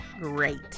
great